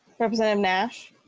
representative nash.